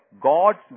God's